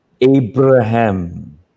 Abraham